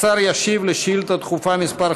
השר ישיב על שאילתה דחופה מס'